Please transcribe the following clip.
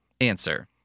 Answer